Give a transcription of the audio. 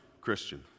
Christian